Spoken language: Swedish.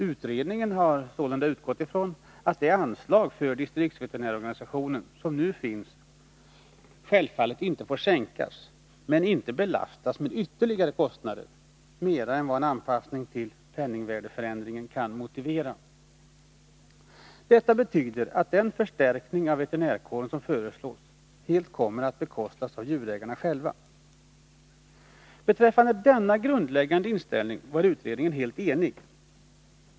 Utredningen har sålunda utgått ifrån att det anslag för distriktsveterinärsorganisationen som nu finns självfallet inte får sänkas men heller inte belastas med ytterligare kostnader, utöver vad en anpassning till penningvärdesförändringen kan motivera. Detta betyder att den förstärkning av veterinärkåren som föreslås helt kommer att bekostas av djurägarna själva. Beträffande denna grundläggande inställning var utredningen helt enig.